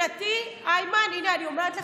מבחינתי, איימן, הינה, אני אומרת לך,